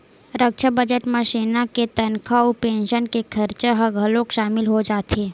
रक्छा बजट म सेना के तनखा अउ पेंसन के खरचा ह घलोक सामिल हो जाथे